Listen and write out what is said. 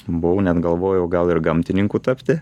buvau net galvojau gal ir gamtininku tapti